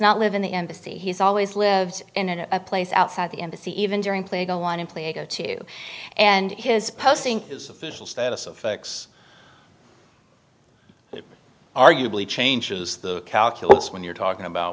not live in the embassy he's always lived in a place outside the embassy even during play go on in play go to and his posting his official status of facts arguably changes the calculus when you're talking about